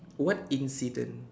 what incident